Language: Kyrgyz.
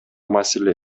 маселе